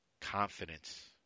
confidence